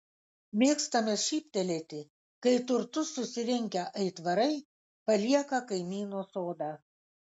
mėgstame šyptelėti kai turtus susirinkę aitvarai palieka kaimyno sodą